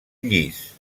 llis